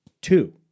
Two